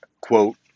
quote